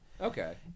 Okay